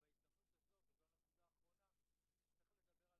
אבל אני מבינה את העובדות הצעירות שאומרות: אנחנו גם צריכות להתפרנס.